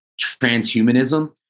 transhumanism